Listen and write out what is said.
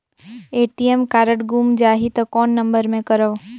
ATM card गुम जाही त कौन नम्बर मे करव?